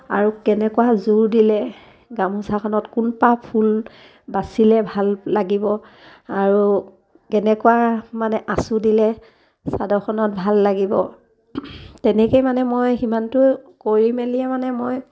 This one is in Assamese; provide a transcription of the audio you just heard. আৰু কেনেকুৱা জোঁৰ দিলে গামোচাখনত কোনপাহ ফুল বাচিলে ভাল লাগিব আৰু কেনেকুৱা মানে আঁচোৰ দিলে চাদৰখনত ভাল লাগিব তেনেকৈয়ে মানে মই সিমানটো কৰি মেলিয়ে মানে মই